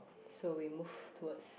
so we move towards